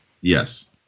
Yes